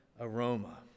aroma